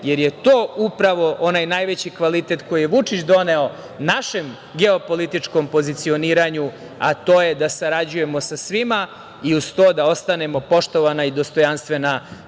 jer je to upravo onaj najveći kvalitet koji je Vučić doneo našem geopolitičkom pozicioniranju, a to je da sarađujemo sa svima i uz to da ostanemo poštovana i dostojanstvena